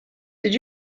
did